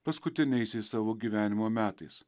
paskutiniaisiais savo gyvenimo metais